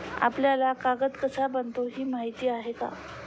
आपल्याला कागद कसा बनतो हे माहीत आहे का?